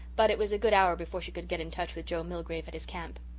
but it was a good hour before she could get in touch with joe milgrave at his camp.